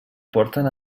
porten